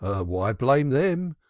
why blame them?